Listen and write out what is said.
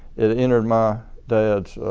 entered my dad's